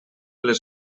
les